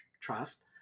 Trust